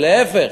ולהפך,